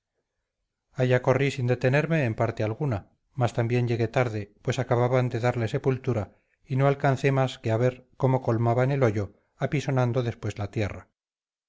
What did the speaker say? allá corrí sin detenerme en parte alguna mas también llegué tarde pues acababan de darle sepultura y no alcancé más que a ver cómo colmaban el hoyo apisonando después la tierra